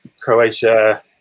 Croatia